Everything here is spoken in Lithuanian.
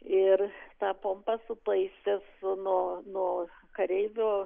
ir tą pompą sutaisęs nuo nuo kareivio